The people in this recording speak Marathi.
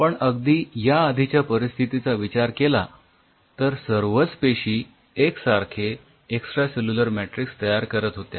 पण अगदी या आधीच्या परिस्थितीचा विचार केला तर सर्वच पेशी एकसारखे एक्सट्रासेल्युलर मॅट्रिक्स तयार करत होत्या